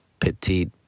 petite